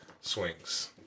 swings